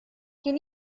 can